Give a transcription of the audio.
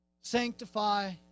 sanctify